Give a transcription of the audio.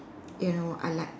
you know I like